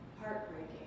heartbreaking